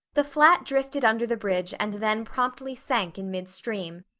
the flat drifted under the bridge and then promptly sank in midstream.